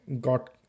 got